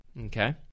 Okay